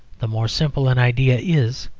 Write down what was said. the more simple an idea is,